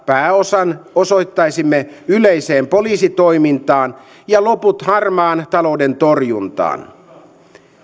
pääosan osoittaisimme yleiseen poliisitoimintaan ja loput harmaan talouden torjuntaan